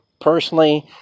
personally